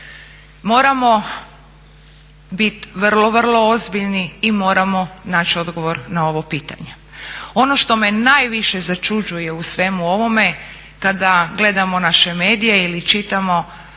Moramo bit vrlo, vrlo ozbiljni i moramo naći odgovor na ovo pitanje. Ono što me najviše začuđuje u svemu ovome kada gledamo naše medije ili čitamo